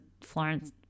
Florence